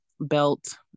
belt